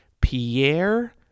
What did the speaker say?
Pierre